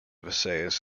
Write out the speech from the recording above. visayas